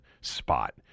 spot